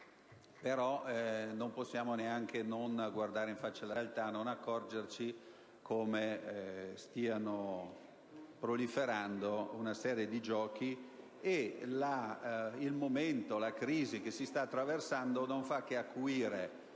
Non possiamo però non guardare in faccia la realtà e non accorgerci del fatto che stanno proliferando una serie di giochi. Il momento di crisi che si sta attraversando non fa che acuire